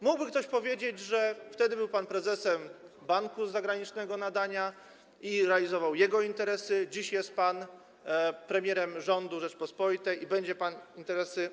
Mógłby ktoś powiedzieć, że wtedy był pan prezesem banku z zagranicznego nadania i realizował jego interesy, a dziś jest pan premierem rządu Rzeczypospolitej i będzie pan realizował interesy